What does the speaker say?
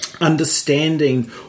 understanding